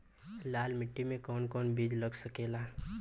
लाल मिट्टी में कौन कौन बीज लग सकेला?